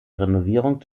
renovierung